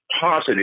positive